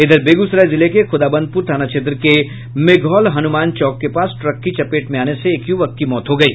इधर बेगूसराय जिले के खुदावंदपुर थाना क्षेत्र के मेघौल हनुमान चौक के पास ट्रक की चपेट में आने से एक यूवक की मौत हो गयी